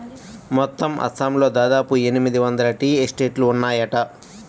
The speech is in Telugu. మొత్తం అస్సాంలో దాదాపు ఎనిమిది వందల టీ ఎస్టేట్లు ఉన్నాయట